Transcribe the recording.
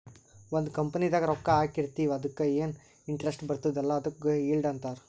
ಒಂದ್ ಕಂಪನಿದಾಗ್ ರೊಕ್ಕಾ ಹಾಕಿರ್ತಿವ್ ಅದುಕ್ಕ ಎನ್ ಇಂಟ್ರೆಸ್ಟ್ ಬರ್ತುದ್ ಅಲ್ಲಾ ಅದುಕ್ ಈಲ್ಡ್ ಅಂತಾರ್